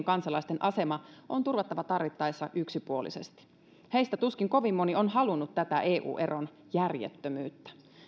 kansalaisten asema on turvattava tarvittaessa yksipuolisesti heistä tuskin kovin moni on halunnut tätä eu eron järjettömyyttä